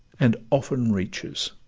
and often reaches.